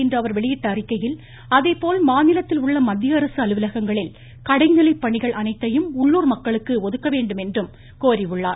இன்று அவர் வெளியிட்ட அறிக்கையில் அதேபோல் சென்னையில் மாநிலத்தில் உள்ள மத்தியஅரசு அலுவலகங்களில் கடைநிலை பணிகள் அனைத்தையும் உள்ளூர் மக்களுக்கு ஒதுக்கப்பட வேண்டும் என்றும் கோரியிருக்கிறார்